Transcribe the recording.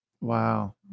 Wow